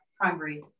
primary